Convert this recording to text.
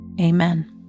Amen